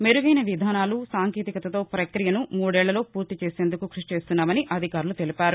మెరుగైన విధానాలు సాంకేతికతో పక్రియను మూడేళ్లలో పూర్తిచేసేందుకు కృషి చేస్తున్నామని అధికారులు తెలిపారు